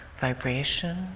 vibration